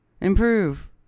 improve